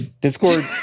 Discord